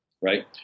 Right